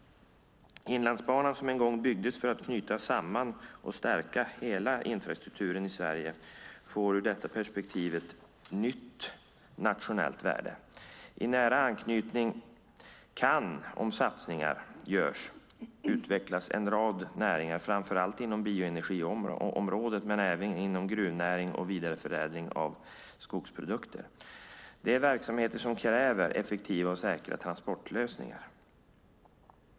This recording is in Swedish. Inlandsbanan, som en gång byggdes för att knyta samman och stärka hela infrastrukturen i Sverige, får i detta perspektiv ett nytt nationellt värde. I nära anknytning kan det, om satsningar görs, utvecklas en rad näringar framför allt inom bioenergiområdet men även inom gruvnäring och vidareförädling av skogsprodukter. Det är verksamheter som kräver effektiva och säkra transportlösningar.